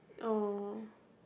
oh